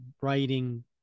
writing